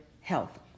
health